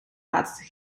water